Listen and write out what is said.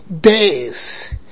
days